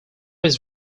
his